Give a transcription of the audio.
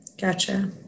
Gotcha